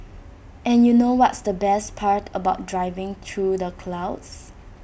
and you know what's the best part about driving through the clouds